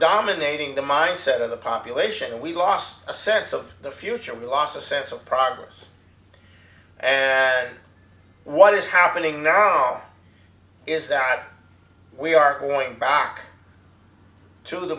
dominating the mindset of the population and we've lost a sense of the future we lost a sense of progress what is happening now is that we are going back to the